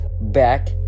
back